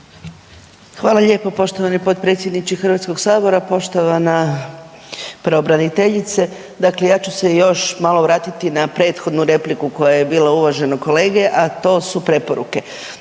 Hvala lijepo poštovani potpredsjedniče Hrvatskog sabora. Poštovana pravobraniteljice, dakle ja ću se još malo vratiti na prethodnu repliku koja je bila uvaženog kolege, a to su preporuke.